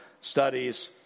studies